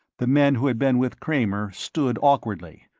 the men who had been with kramer stood awkwardly,